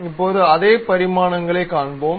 இப்போது அதே பரிமாணங்களைக் காண்போம்